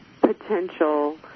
potential